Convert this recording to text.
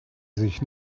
sich